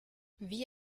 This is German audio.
wie